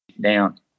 down